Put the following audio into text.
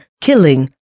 killing